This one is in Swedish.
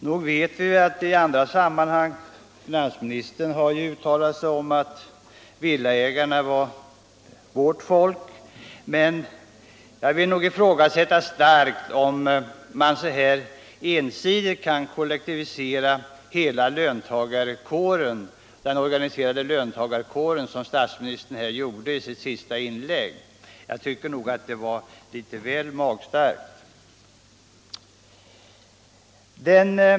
Nog vet vi att finansministern i andra sammanhang har uttalat sig om att villaägarna var vårt folk, men jag vill starkt ifrågasätta om man kan kollektivisera hela den organiserade löntagarkåren på det sätt som statsministern gjorde i sitt senaste inlägg. Jag tycker det var litet väl magstarkt.